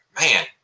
man